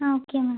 ah okay ma'am